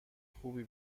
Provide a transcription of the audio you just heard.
خوبی